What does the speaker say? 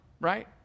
right